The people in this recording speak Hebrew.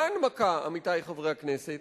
מה ההנמקה, עמיתי חברי הכנסת?